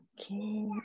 okay